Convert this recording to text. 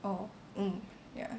orh mm ya